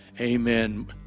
amen